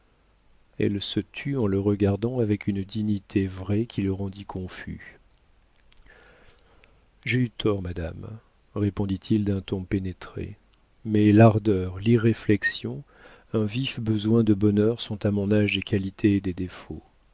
elle se tut en le regardant avec une dignité vraie qui le rendit confus j'ai eu tort madame répondit-il d'un ton pénétré mais l'ardeur l'irréflexion un vif besoin de bonheur sont à mon âge des qualités et des défauts